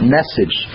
message